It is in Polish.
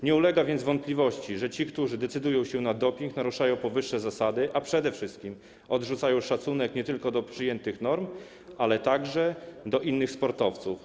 Nie ulega więc wątpliwości, że ci, którzy decydują się na doping, naruszają powyższe zasady, a przede wszystkim odrzucają szacunek nie tylko do przyjętych norm, ale także do innych sportowców.